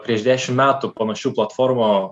prieš dešim metų panašių platformų